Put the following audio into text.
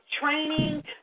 training